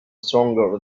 stronger